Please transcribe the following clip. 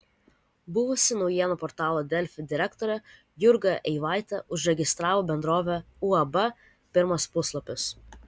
buvusi naujienų portalo delfi direktorė jurga eivaitė užregistravo bendrovę uab pirmas puslapis